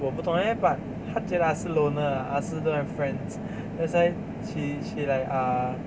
我不懂 eh but 他觉得 ah si 是 loner ah ah si don't have friends that why she she like uh